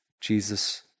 Jesus